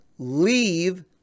leave